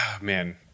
man